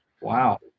Wow